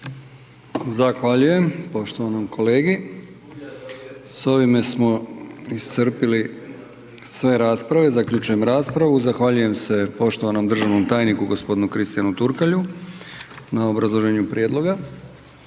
Zahvaljujem poštovanom kolegi. S ovime smo iscrpili sve rasprave, zaključujem raspravu. Zahvaljujem se poštovanom državnom tajniku g. Kristijanu Turkalju na obrazloženju prijedloga.